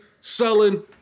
selling